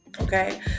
okay